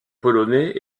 polonais